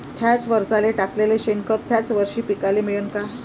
थ्याच वरसाले टाकलेलं शेनखत थ्याच वरशी पिकाले मिळन का?